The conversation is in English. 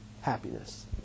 happiness